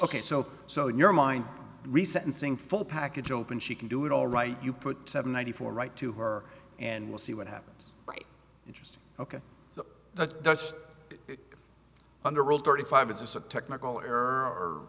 ok so so in your mind re sentencing for package open she can do it all right you put seven ninety four write to her and we'll see what happens right just ok so that does underworld thirty five is just a technical error or